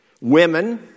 women